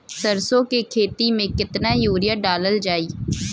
सरसों के खेती में केतना यूरिया डालल जाई?